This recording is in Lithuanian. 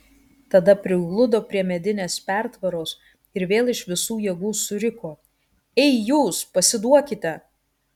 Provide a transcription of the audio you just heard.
tada prigludo prie medinės pertvaros ir vėl iš visų jėgų suriko ei jūs pasiduokite